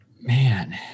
Man